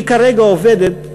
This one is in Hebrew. היא כרגע עובדת,